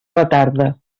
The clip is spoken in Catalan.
retarda